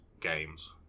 games